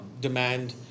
demand